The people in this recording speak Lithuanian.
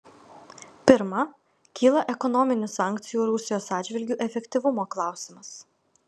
pirma kyla ekonominių sankcijų rusijos atžvilgiu efektyvumo klausimas